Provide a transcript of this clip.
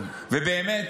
באמת